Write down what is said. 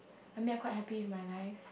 I mean I quite happy with my life